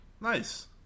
Nice